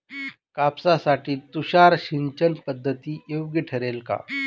कापसासाठी तुषार सिंचनपद्धती योग्य ठरेल का?